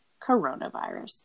coronavirus